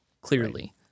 clearly